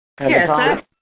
Yes